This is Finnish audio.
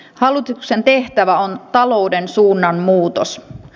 hallituksen tehtävä on talouden suunnan muutos